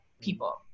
people